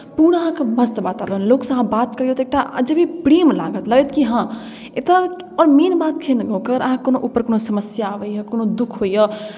पूरा अहाँके मस्त वातावरण लोकसँ अहाँ बात करिऔ तऽ एकटा अजबे प्रेम लागत लागत कि हँ एतय आओर मेन बात छै ने गामके अहाँके ऊपर कोनो समस्या अबैए कोनो दुःख होइए